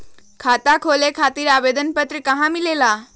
खाता खोले खातीर आवेदन पत्र कहा मिलेला?